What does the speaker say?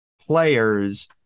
players